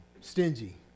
stingy